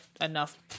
enough